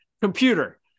computer